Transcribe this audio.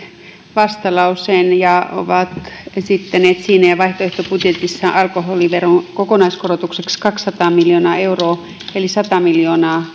vastalauseen ja ovat esittäneet siinä ja vaihtoehtobudjetissaan alkoholiveron kokonaiskorotukseksi kaksisataa miljoonaa euroa eli sata miljoonaa